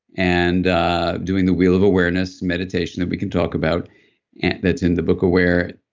and doing the wheel of awareness meditation that we can talk about and that's in the book aware,